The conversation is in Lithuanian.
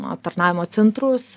aptarnavimo centrus